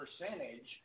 percentage